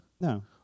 No